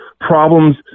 problems